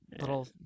little